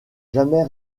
jamais